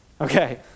okay